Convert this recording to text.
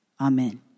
Amen